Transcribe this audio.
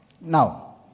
Now